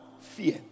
fear